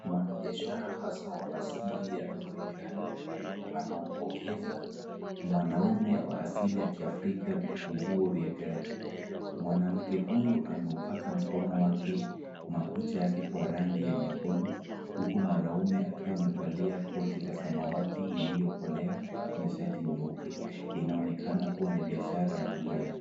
Mwanabiashara hasa wa asili ya Marekani anaupokeza mwanaume wa asili ya kiafrika vifunguo vya gari. Mwanamke huyu anaupaka mkono wake makucha yake kwa rangi ya nyekundu huku mwanaume akiwa amevalia koti la samawati liliokolea na shati nyeupe. Linaonekana kuwa ni biashara ya magari.